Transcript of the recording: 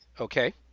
Okay